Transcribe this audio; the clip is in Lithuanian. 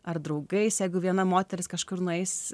ar draugais jeigu viena moteris kažkur nueis